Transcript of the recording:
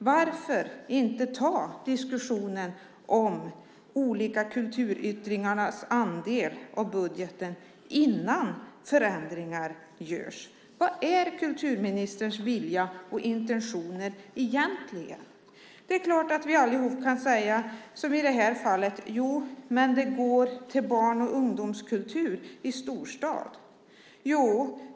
Varför inte ta diskussionen om de olika kulturyttringarnas andel av budgeten innan det görs förändringar? Vad är kulturministerns vilja och intentioner egentligen? Det är klart att vi alla kan säga, som i det här fallet: Det går till barn och ungdomskultur i storstad.